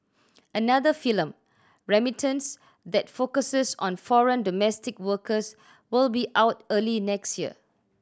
another film Remittance that focuses on foreign domestic workers will be out early next year